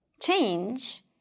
change